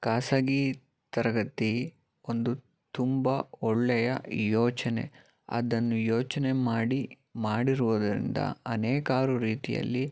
ಖಾಸಗಿ ತರಗತಿ ಒಂದು ತುಂಬ ಒಳ್ಳೆಯ ಯೋಚನೆ ಅದನ್ನು ಯೋಚನೆ ಮಾಡಿ ಮಾಡಿರುವುದರಿಂದ ಅನೇಕಾರು ರೀತಿಯಲ್ಲಿ